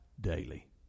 daily